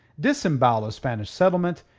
disembowel a spanish settlement,